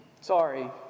Sorry